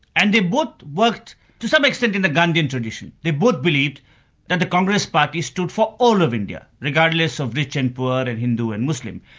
and they both worked to some extent in the gandhian tradition. they both believed that the congress party stood for all of india, regardless of rich and poor and hindu and muslim.